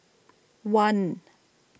one